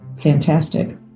Fantastic